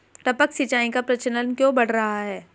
टपक सिंचाई का प्रचलन क्यों बढ़ रहा है?